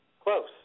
Close